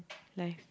life